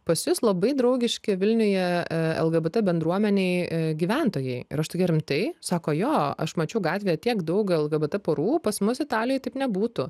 pas jus labai draugiški vilniuje lgbt bendruomenei gyventojai ir aš tokia rimtai sako jo aš mačiau gatvėje tiek daug lgbt porų pas mus italijoj taip nebūtų